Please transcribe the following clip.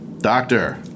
Doctor